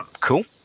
Cool